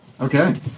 Okay